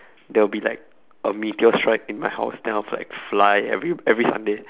there will be like a meteor strike in my house then I was like fly every every Sunday